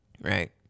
Right